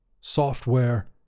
Software